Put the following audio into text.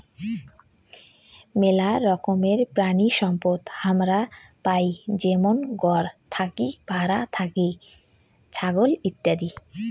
মেলা রকমের প্রাণিসম্পদ হামারা পাই যেমন গরু থাকি, ভ্যাড়া থাকি, ছাগল ইত্যাদি